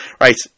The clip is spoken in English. right